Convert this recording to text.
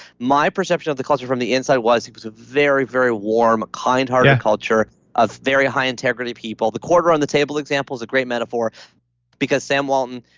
my perception of the culture from the inside was, it was a very, very warm kind hearted culture of very high integrity people the quarter on the table example is a great metaphor because sam walton,